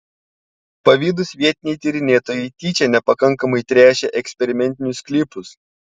pavydūs vietiniai tyrinėtojai tyčia nepakankamai tręšė eksperimentinius sklypus